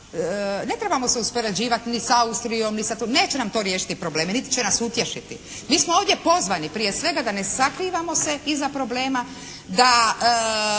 ne trebamo se uspoređivati ni s Austrijom, ni sa, neće nam to riješiti probleme niti će nas utješiti. Mi smo ovdje pozvani prije svega da ne sakrivamo se iza problema. Da